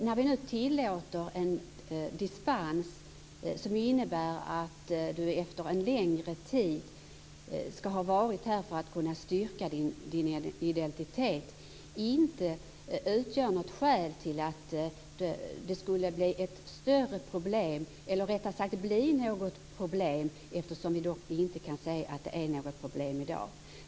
När vi nu tillåter en dispens, som innebär att du skall ha varit här en längre tid för att kunna styrka din identitet, gör regeringen och utskottet den bedömningen att det inte utgör något skäl till att det skulle bli problem, eftersom vi inte kan se att det är något problem i dag.